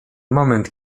moment